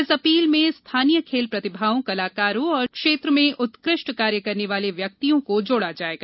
इस अपील में स्थानीय खेल प्रतिभाओं कलाकारों एवं क्षेत्र में उत्कृष्ट कार्य करने वाले व्यक्तियों को जोड़ा जायेगा